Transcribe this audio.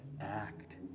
act